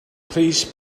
please